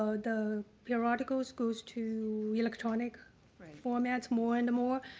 so the periodicals goes to electronic formats more and more.